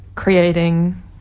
Creating